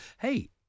hey